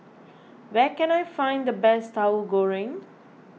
where can I find the best Tahu Goreng